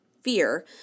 fear